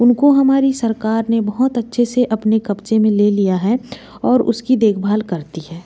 उनको हमारी सरकार ने बहुत अच्छे से अपने कब्जे में ले लिया है और उसकी देखभाल करती है